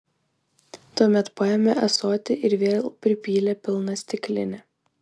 tuomet paėmė ąsotį ir vėl pripylė pilną stiklinę